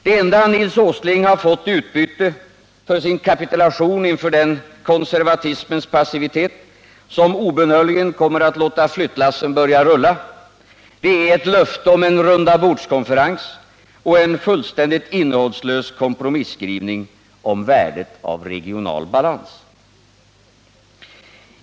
Det enda Nils Åsling har fått i utbyte för sin kapitulation inför den konservatismens passivitet som obönhörligen kommer att låta flyttlassen börja rulla är ett löfte om en rundabordskonferens och en fullständigt innehållslös kompromisskrivning om värdet av regional balans.